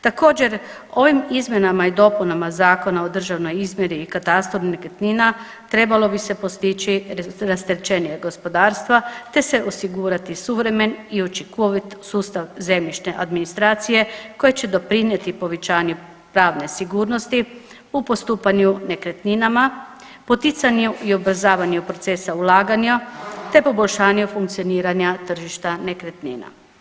Također, ovim izmjenama i dopunama Zakona o državnoj izmjeri i katastru nekretnina trebalo bi se postići rasterećenja gospodarstva te se osigurati suvremen i učinkovit sustav zemljišne administracije koje će doprinijeti povećanje pravne sigurnosti u postupanju nekretninama, poticanju i ubrzavanju procesa ulaganja te poboljšanje funkcioniranja tržišta nekretnina.